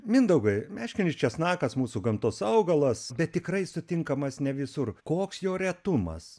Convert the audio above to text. mindaugai meškinis česnakas mūsų gamtos augalas bet tikrai sutinkamas ne visur koks jo retumas